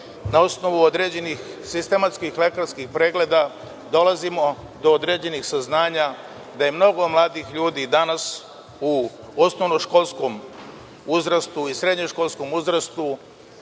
na osnovu određenih sistematskih lekarskih pregleda, dolazimo do određenih saznanja da mnogo mladih ljudi danas u osnovno-školskom uzrastu i srednje-školskom uzrastu,